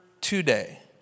today